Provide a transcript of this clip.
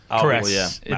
Correct